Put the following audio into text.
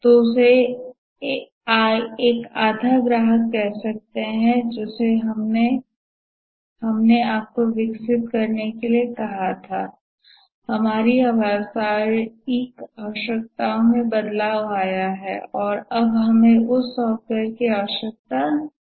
तो उसे एक आधा ग्राहक कह सकते है कि जिसे हमने आपको विकसित करने के लिए कहा था हमारी व्यावसायिक आवश्यकताओं में बदलाव आया है और अब हमें उस सॉफ़्टवेयर की आवश्यकता नहीं है